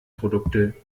produkte